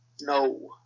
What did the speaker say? no